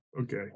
Okay